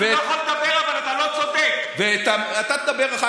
אני לא יכול לדבר, אבל אתה לא צודק.